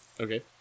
Okay